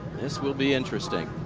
this will be interesting.